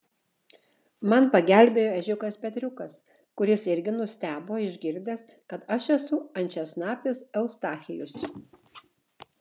man pagelbėjo ežiukas petriukas kuris irgi nustebo išgirdęs kad aš esu ančiasnapis eustachijus